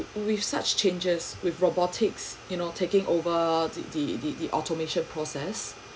with such changes with robotics you know taking over the the the automation process